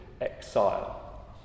exile